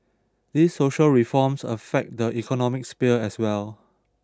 these social reforms affect the economic sphere as well